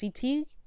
CT